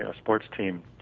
yeah sports team,